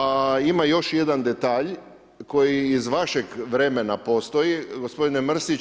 A ima još jedan detalj koji iz vašeg vremena postoji gospodine Mrsić,